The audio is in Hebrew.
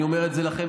אני אומר את זה לכם,